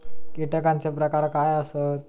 कीटकांचे प्रकार काय आसत?